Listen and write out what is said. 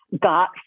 got